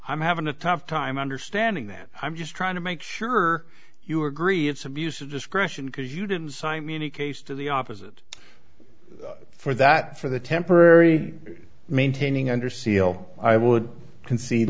i'm having a tough time understanding that i'm just trying to make sure you agree it's abuse of discretion because you didn't cite many case to the opposite for that for the temporary maintaining under seal i would conce